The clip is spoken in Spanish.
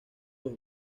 los